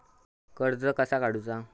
कर्ज कसा काडूचा?